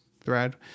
thread